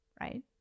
right